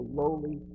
lowly